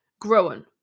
growing